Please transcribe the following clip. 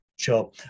Sure